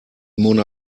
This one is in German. mona